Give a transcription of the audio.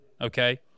okay